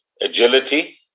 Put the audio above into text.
agility